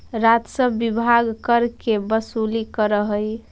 राजस्व विभाग कर के वसूली करऽ हई